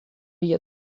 wie